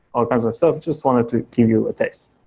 all kinds of stuff, just wanted to give you a taste.